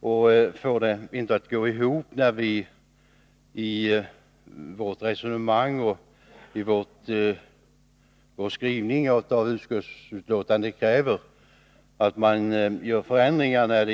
och fick det inte att gå ihop, när vi i vårt resonemang och i vår skrivning i utskottsbetänkandet kräver förändringar av arvodet.